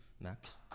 Max